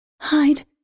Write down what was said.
Hide